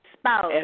spouse